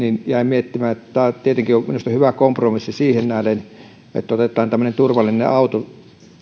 jäin miettimään että tämä tietenkin on minusta hyvä kompromissi siihen nähden että otetaan tämmöinen turvallinen auto